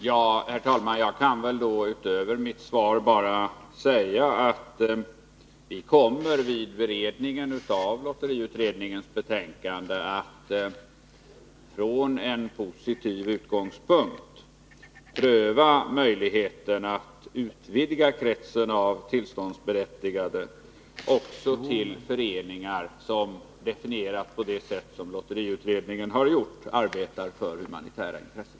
Herr talman! Jag kan, utöver mitt svar, bara säga att vi vid beredningen av lotteriutredningens betänkande från en positiv utgångspunkt kommer att pröva möjligheterna att utvidga kretsen av tillståndsberättigade också till föreningar som — definierat på det sätt som lotteriutredningen har gjort — arbetar för humanitära intressen.